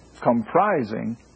comprising